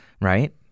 right